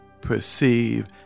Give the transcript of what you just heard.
perceive